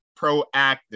proactive